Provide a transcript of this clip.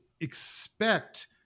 expect